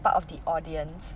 part of the audience